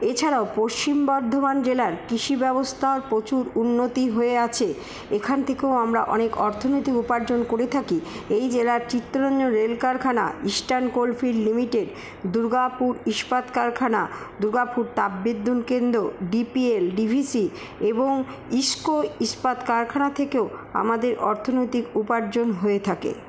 এছাড়াও পশ্চিম বর্ধমান জেলার কৃষিব্যবস্থার প্রচুর উন্নতি হয়ে আছে এখান থেকেও আমরা অনেক অর্থনৈতিক উপার্জন করে থাকি এই জেলার চিত্তরঞ্জন রেল কারখানা ইস্টার্ন কোল্ডফিল্ড লিমিটেড দুর্গাপুর ইস্পাত কারখানা দুর্গাপুর তাপবিদ্যুৎ কেন্দ্র ডিপিএল ডিভিসি এবং ইসকো ইস্পাত কারখানা থেকেও আমাদের অর্থনৈতিক উপার্জন হয়ে থাকে